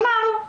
כלומר,